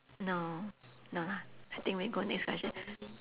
no no lah I think we go next question